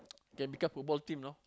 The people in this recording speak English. can become football team you know